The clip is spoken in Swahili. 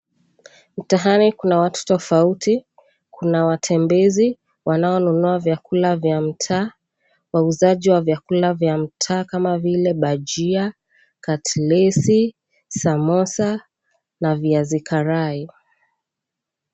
Mtaani kuna watu tofauti, kuna watembezi wan𝑎o nunua vyakula vya mtaa , wauzaji wa 𝑣𝑦𝑎𝑘𝑢𝑙𝑎 vya mtaa kama vile bajia, katlesi, samosa na viazi karai.